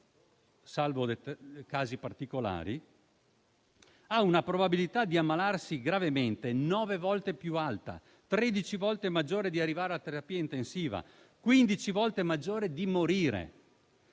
salvo casi particolari - ha una probabilità di ammalarsi gravemente nove volte più alta, tredici volte maggiore di arrivare alla terapia intensiva, quindici volte maggiore di morire.